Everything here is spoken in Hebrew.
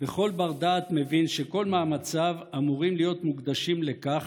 וכל בר-דעת מבין שכל מאמציו אמורים להיות מוקדשים לכך,